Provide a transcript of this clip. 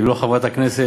לא של חברת הכנסת